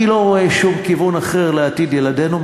אני לא רואה שום כיוון אחר לעתיד ילדינו,